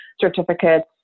certificates